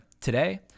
Today